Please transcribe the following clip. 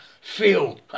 Feel